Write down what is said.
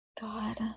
God